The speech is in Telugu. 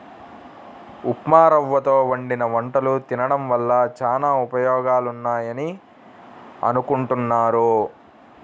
ఉప్మారవ్వతో వండిన వంటలు తినడం వల్ల చానా ఉపయోగాలున్నాయని అనుకుంటున్నారు